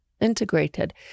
integrated